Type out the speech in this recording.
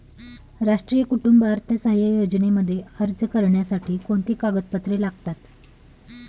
राष्ट्रीय कुटुंब अर्थसहाय्य योजनेमध्ये अर्ज करण्यासाठी कोणती कागदपत्रे लागतात?